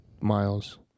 Miles